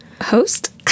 Host